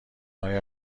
آیا